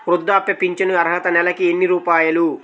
వృద్ధాప్య ఫింఛను అర్హత నెలకి ఎన్ని రూపాయలు?